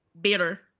bitter